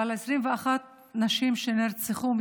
אבל 21 נשים נרצחו,